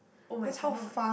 oh-my-god